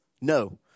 No